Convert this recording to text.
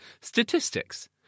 statistics